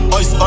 Ice